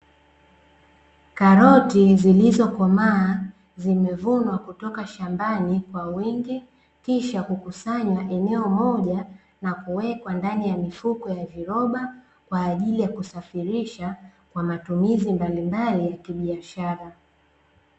Karoti zilizokomaa zimevunwa kutoka shambani kwa wingi, kisha kukusanywa eneo moja na kuwekwa ndani ya mifuko ya viroba, kwa ajili ya kusafirisha kwa matumizi mbalimbali ya kibiashara.